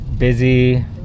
busy